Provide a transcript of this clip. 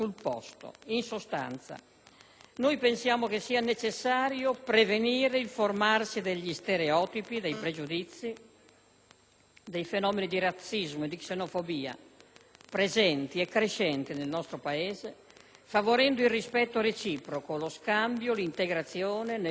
pensiamo che sia necessario prevenire il formarsi degli stereotipi, dei pregiudizi, dei fenomeni di razzismo e di xenofobia presenti e crescenti nel nostro Paese, favorendo il rispetto reciproco, lo scambio, l'integrazione nel solco della Costituzione